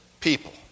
People